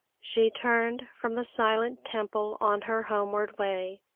she turned from the silent temple on her homeward way.